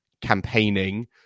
campaigning